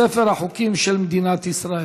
אין מתנגדים ואין נמנעים.